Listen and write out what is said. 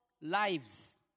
lives